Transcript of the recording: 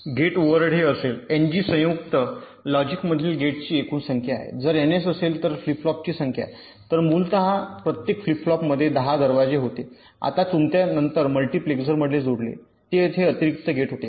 gate overhead हे असेल NG संयुक्त लॉजिकमधील गेट्सची एकूण संख्या आहे जर एनएस असेल तर फ्लिप फ्लॉपची संख्या तर मूलतः प्रत्येक फ्लिप फ्लॉपमध्ये दहा दरवाजे होते आता तुमच्या नंतर मल्टिप्लेसर जोडले तेथे अतिरिक्त गेट होते